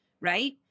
right